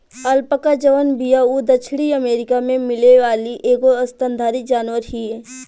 alpaca जवन बिया उ दक्षिणी अमेरिका में मिले वाली एगो स्तनधारी जानवर हिय